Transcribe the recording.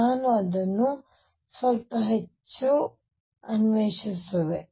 ನಾನು ಅದನ್ನು ಸ್ವಲ್ಪ ಹೆಚ್ಚು ಅನ್ವೇಷಿಸಲಿ